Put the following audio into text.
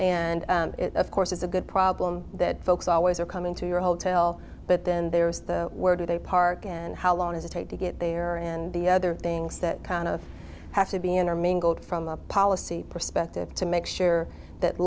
and of course it's a good problem that folks always are coming to your hotel but then there's the where do they park and how long does it take to get there and the other things that kind of have to be intermingled from a policy perspective to make sure that